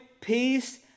peace